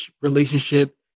relationship